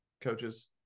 coaches